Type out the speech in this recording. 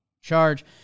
charge